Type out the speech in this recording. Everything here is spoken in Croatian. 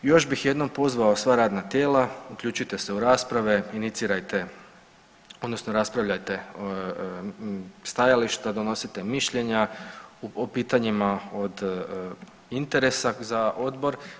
Još bih jednom pozvao sva radna tijela uključite se u rasprave, inicirajte odnosno raspravljajte stajališta, donosite mišljenja o pitanjima od interesa za Obor.